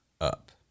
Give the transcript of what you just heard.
up